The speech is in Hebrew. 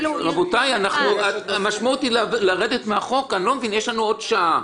רבותיי, המשמעות היא לרדת מהחוק, יש לנו עוד שעה.